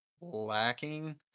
lacking